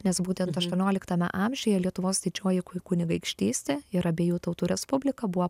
nes būtent aštuonioliktame amžiuje lietuvos didžioji kunigaikštystė ir abiejų tautų respublika buvo